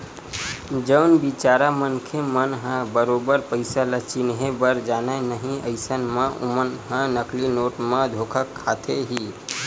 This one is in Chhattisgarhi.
जउन बिचारा मनखे मन ह बरोबर पइसा ल चिनहे बर जानय नइ अइसन म ओमन ह नकली नोट म धोखा खाथे ही